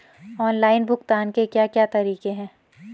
Online भुगतान के क्या क्या तरीके हैं?